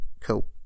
cool